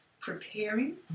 preparing